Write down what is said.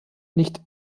nicht